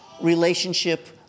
relationship